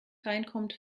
reinkommt